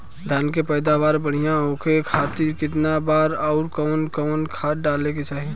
धान के पैदावार बढ़िया होखे खाती कितना बार अउर कवन कवन खाद डाले के चाही?